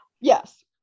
Yes